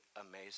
amazing